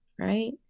right